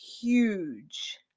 huge